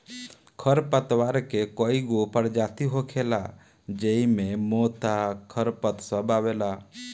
खर पतवार के कई गो परजाती होखेला ज़ेइ मे मोथा, सरपत सब आवेला